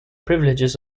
privileges